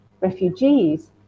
refugees